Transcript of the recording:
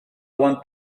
want